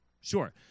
Sure